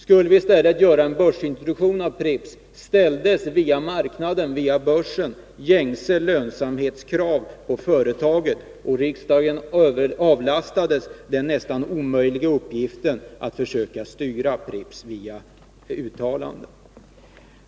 Skulle Pripps i stället introduceras på börsen ställdes via marknaden, via börsen, gängse lönsamhetskrav på företaget, och riksdagen avlastades den nästan omöjliga uppgiften att försöka styra Pripps via uttalanden.